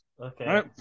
Okay